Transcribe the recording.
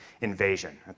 invasion